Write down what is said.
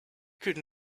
could